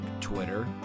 Twitter